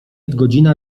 godzina